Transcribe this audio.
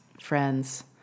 friends